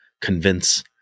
convince